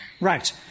Right